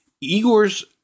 Igor's